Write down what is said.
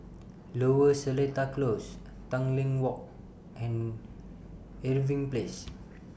Lower Seletar Close Tanglin Walk and Irving Place